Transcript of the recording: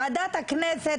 ועדת הכנסת,